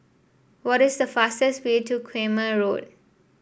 what is the fastest way to Quemoy Road